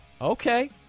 Okay